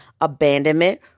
abandonment